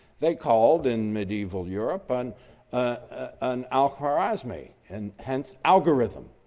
they called in medieval europe and ah an al-khwarizmi and hence algorithm.